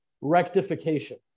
rectification